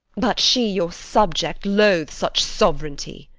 but she, your subject, loathes such sovereignty.